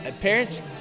parents